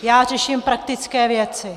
Já řeším praktické věci.